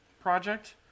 project